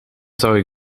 zou